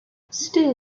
still